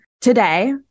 today